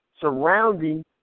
surrounding